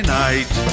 night